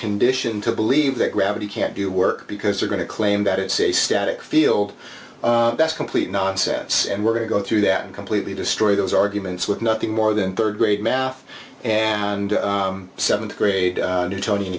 conditioned to believe that gravity can't do work because they're going to claim that it's a static field that's complete nonsense and we're going to go through that and completely destroy those arguments with nothing more than rd grade math and th grade newtoni